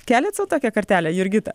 keliat sau tokią kartelę jurgita